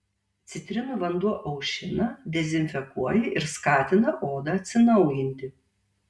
citrinų vanduo aušina dezinfekuoja ir skatina odą atsinaujinti